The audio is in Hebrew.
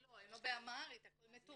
לא, הם לא מדברים באמהרית, הכל מתורגם.